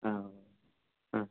ആ ആ